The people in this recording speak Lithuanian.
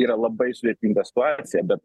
yra labai sudėtinga situacija bet